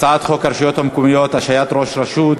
הצעת חוק הרשויות המקומיות (השעיית ראש רשות